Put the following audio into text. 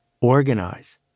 organize